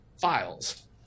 files